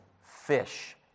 Fish